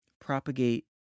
propagate